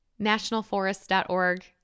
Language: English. nationalforest.org